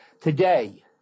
today